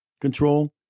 control